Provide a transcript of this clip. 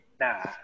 Nah